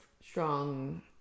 strong